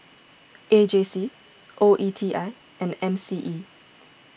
A J C O E T I and M C E